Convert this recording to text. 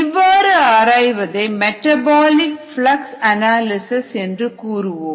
இவ்வாறு ஆராய்வதை metabolic flux analysis என்று கூறுவோம்